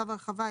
צו הרחבה,